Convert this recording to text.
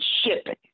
shipping